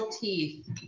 teeth